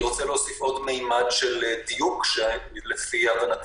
אני רוצה להוסיף עוד ממד של דיוק שלפי הבנתי